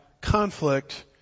conflict